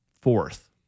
fourth